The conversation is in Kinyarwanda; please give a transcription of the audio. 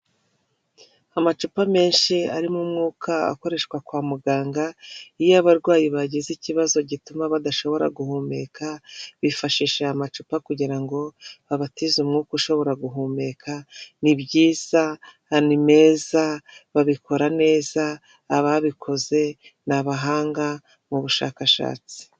Amacupa menshi arimo umwuka ukoreshwa kwa muganga iyo abarwayi bagize ikibazo gituma badashobora guhumeka, bifashisha amacupa kugira ngo babatize umwuka ushobora guhumeka n'ibyiza, ni meza babikora neza ,ababikoze ni abahanga mu bushakashatsi.